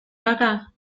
caca